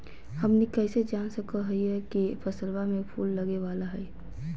हमनी कइसे जान सको हीयइ की फसलबा में फूल लगे वाला हइ?